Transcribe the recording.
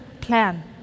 plan